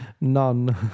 None